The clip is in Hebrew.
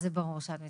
זה ברור שאת מתרגשת.